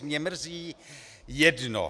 Mě mrzí jedno.